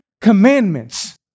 commandments